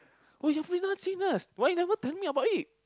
oh you fitness why you never tell me about it